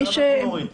בסדר, אנחנו נוריד.